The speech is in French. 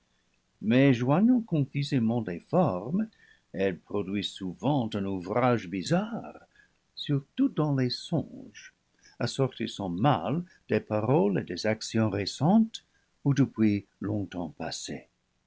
mais joignant confusément les formes elle produit souvent un ouvrage bizarre surtout dans les songes assortissant mal des paroles et des actions récentes ou depuis longtemps passées